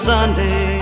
Sunday